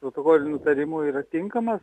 protokoliniu nutarimu yra tinkamas